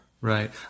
Right